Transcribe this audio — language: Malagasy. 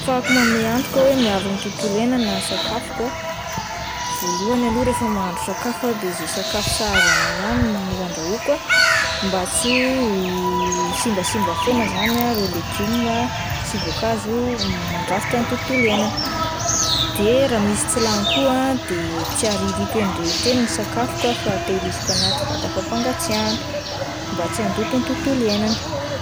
Ahafahako manome antoka hoe miaro ny tontolo iainana ny sakafoko ah voalohany aloha rehefa mahandro sakafo ah de ze sakafo sahaza anahy ihany no andrahoako ah mba tsy ho simbasimba foana izany ah ireo legioma sy voankazo mandrafitra ny tontolo iainana, de raha misy tsy lany koa ah de tsy aririko eny rehetra eny ny sakafoko ah fa tehiriziko anaty vata fampangatsiahina mba tsy handoto ny tontolo iainana.